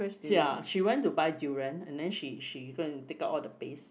ya she went to buy durian and then she she go and take out all the paste